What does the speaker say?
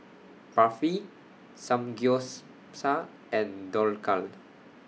Barfi Samgyeopsal and Dhokla